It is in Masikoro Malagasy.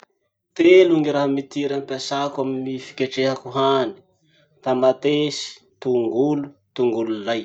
Telo gny raha mitiry ampiasako amy fiketrehako hany. Tamatesy, tongolo, tongolo lay.